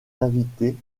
invités